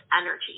energy